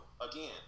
Again